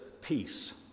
Peace